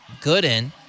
Gooden